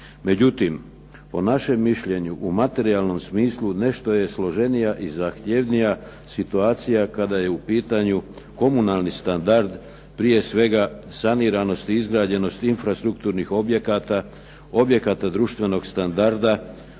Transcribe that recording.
Međutim po našem mišljenju u materijalnom smislu nešto je složenija i zahtjevnija situacija kada je u pitanju komunalni standard, prije svega saniranost i izgrađenost infrastrukturnih objekata, objekata društvenog standarda,